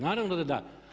Naravno da da.